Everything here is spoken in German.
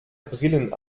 brillen